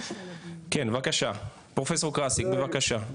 כן, בבקשה פרופסור קארסיק בבקשה.